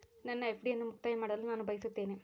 ನನ್ನ ಎಫ್.ಡಿ ಅನ್ನು ಮುಕ್ತಾಯ ಮಾಡಲು ನಾನು ಬಯಸುತ್ತೇನೆ